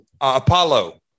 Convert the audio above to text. Apollo